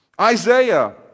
Isaiah